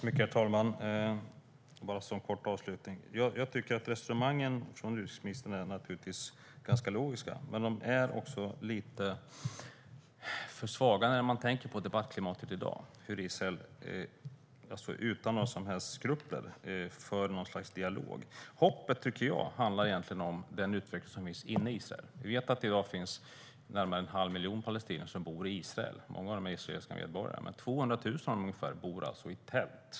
Herr talman! Jag tycker att resonemangen är ganska logiska. Men de är också lite för svaga när man tänker på hur debattklimatet är i dag och det utan några som helst skrupler förs något slags dialog. Hoppet, tycker jag, handlar om den utveckling som finns inne i Israel. Vi vet att det i dag bor närmare en halv miljon palestinier i Israel. Många av dem är israeliska medborgare. Ungefär 200 000 av dem bor i tält.